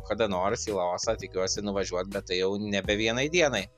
kada nors į laosą tikiuosi nuvažiuot bet tai jau nebe vienai dienai